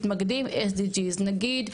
מתמקדים SDG. נגיד,